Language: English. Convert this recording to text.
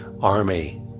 army